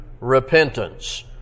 repentance